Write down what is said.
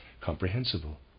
comprehensible